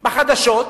בחדשות,